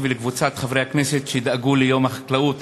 ולקבוצת חברי הכנסת שדאגו ליום החקלאות,